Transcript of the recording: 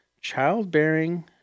childbearing